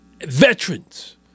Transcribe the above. veterans